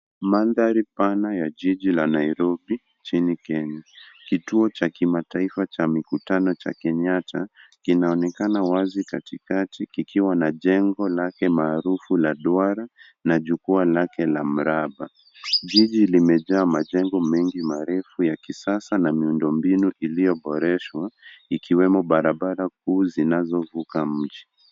Mandhari pana ya jiji la Nairobi nchini Kenya. Kituo cha kimataifa cha mikutano cha Kenyatta kinaonekana wazi katikati kikiwa na jengo lake maarufu la duara na jukwaa lake la mraba. Jiji limejaa majengo mengi marefu ya kisasa na miundombinu iliyo boreshwa ikiwemo barabara kuu zinazovuka mji.